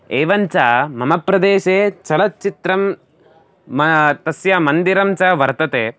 एवञ्च मम प्रदेशे चलच्चित्रं म तस्य मन्दिरं च वर्तते